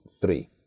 three